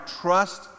trust